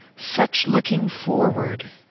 such looking forward!